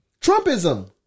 Trumpism